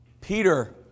Peter